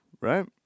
right